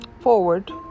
forward